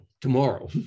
tomorrow